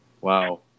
Wow